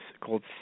called